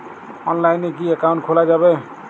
অনলাইনে কি অ্যাকাউন্ট খোলা যাবে?